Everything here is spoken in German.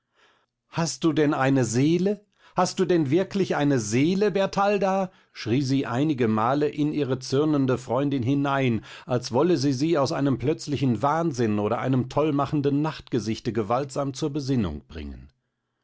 hast du denn eine seele hast du denn wirklich eine seele bertalda schrie sie einige male in ihre zürnende freundin hinein als wolle sie sie aus einem plötzlichen wahnsinn oder einem tollmachenden nachtgesichte gewaltsam zur besinnung bringen